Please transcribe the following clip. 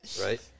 Right